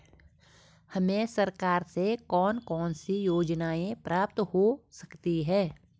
हमें सरकार से कौन कौनसी योजनाएँ प्राप्त हो सकती हैं?